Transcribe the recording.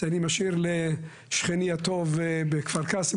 זה אני משאיר לשכני הטוב בכפר קאסם,